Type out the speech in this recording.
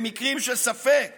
במקרים של ספק